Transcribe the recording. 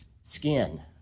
skin